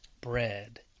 bread